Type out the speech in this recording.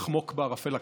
לחמוק בערפל הקרב.